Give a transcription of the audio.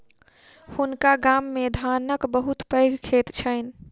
हुनका गाम मे धानक बहुत पैघ खेत छैन